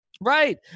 Right